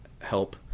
help